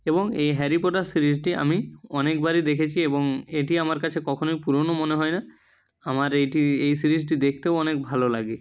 এবং এই Harry Potter সিরিজটি আমি অনেকবারই দেখেছি এবং এটি আমার কাছে কখনোই পুরনো মনে হয় না আমার এইটি এই সিরিজটি দেখতেও অনেক ভালো লাগে